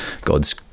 God's